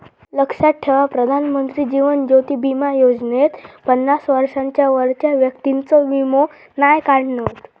लक्षात ठेवा प्रधानमंत्री जीवन ज्योति बीमा योजनेत पन्नास वर्षांच्या वरच्या व्यक्तिंचो वीमो नाय काढणत